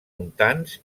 muntants